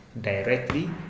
directly